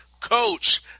Coach